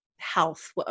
health